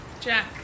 Jack